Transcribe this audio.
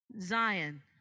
Zion